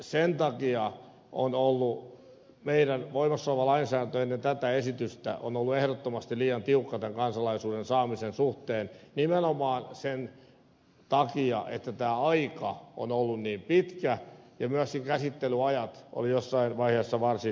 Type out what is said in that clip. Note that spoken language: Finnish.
sen takia meidän voimassa oleva lainsäädäntömme ennen tätä esitystä on ollut ehdottomasti liian tiukka kansalaisuuden saamisen suhteen nimenomaan sen takia että tämä aika on ollut niin pitkä ja myöskin käsittelyajat olivat jossain vaiheessa varsin pitkiä